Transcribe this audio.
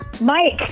Mike